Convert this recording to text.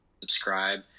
subscribe